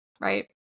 Right